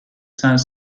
saint